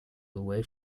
away